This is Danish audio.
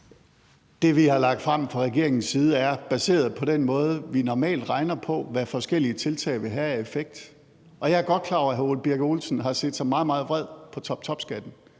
Det, vi har lagt frem fra regeringens side, er baseret på den måde, vi normalt regner på, i forhold til hvad forskellige tiltag vil have af effekt. Og jeg er godt klar over, at hr. Ole Birk Olesen har set sig meget, meget vred på toptopskatten